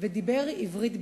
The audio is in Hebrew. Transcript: ודיבר עברית בלבד.